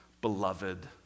beloved